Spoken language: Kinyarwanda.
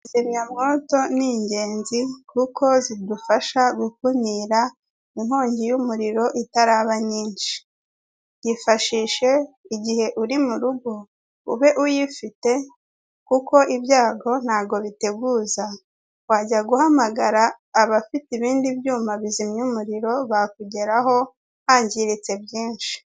Kizimyamwoto n'ingenzi kuko zidufasha gukumira inkongi y'umuriro itaraba nyinshi. Yifashishe igihe uri murugo, ube uyifite kuko ibyago ntago biteguza, wajya guhamagara abafite ibindi byuma bizimya umuriro bakugeraho hangiritse byinshi.